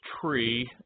tree